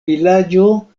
vilaĝo